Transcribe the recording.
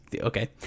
Okay